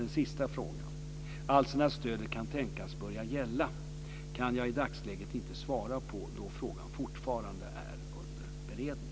Den sista frågan, alltså när stödet kan tänkas börja gälla, kan jag i dagsläget inte svara på då frågan fortfarande är under beredning.